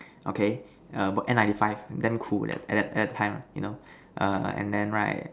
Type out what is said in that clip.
okay err N ninety five damn cool at that at that time lah err you know and then right